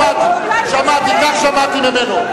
שמעתי, כך שמעתי ממנו.